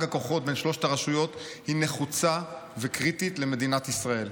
הכוחות בין שלוש הרשויות היא נחוצה וקריטית למדינת ישראל,